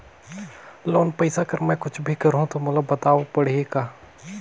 Loan पइसा कर मै कुछ भी करहु तो मोला बताव पड़ही का?